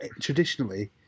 traditionally